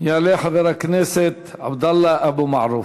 יעלה חבר הכנסת עבדאללה אבו מערוף.